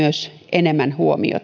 enemmän huomiota